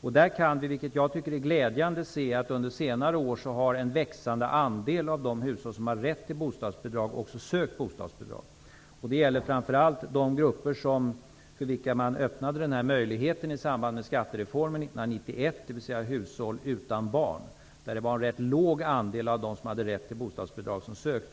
På det området kan vi se, vilket jag tycker är mycket glädjande, att en växande andel av de hushåll som har rätt till bostadsbidrag, under senare år också har sökt bostadsbidrag. Det gäller framför allt den grupp för vilken man öppnade den här möjligheten i samband med skattereformen 1991, dvs. hushåll utan barn. Till en början var det en ganska låg andel av de som hade rätt till bostadsbidrag som sökte.